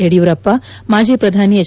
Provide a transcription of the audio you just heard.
ಯಡಿಯೂರಪ್ಪ ಮಾಜಿ ಪ್ರಧಾನಿ ಎಚ್